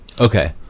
Okay